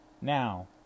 Now